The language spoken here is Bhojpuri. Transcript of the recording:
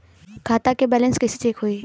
खता के बैलेंस कइसे चेक होई?